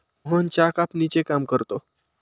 मोहन चहा कापणीचे काम करतो